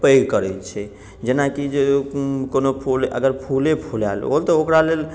पैघ करै छै जेनाकि जे कोनो फूल अगर फूले फुलाएल तऽ ओकरा लेल